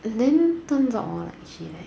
and then turns out she like